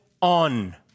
on